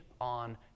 on